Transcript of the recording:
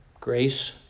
Grace